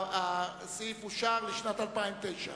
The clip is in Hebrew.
רשויות פיקוח, לשנת 2009,